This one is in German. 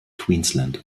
queensland